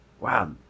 Wow